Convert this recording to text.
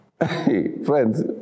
friends